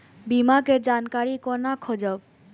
बीमा के जानकारी कोना खोजब?